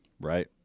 Right